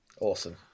Awesome